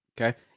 Okay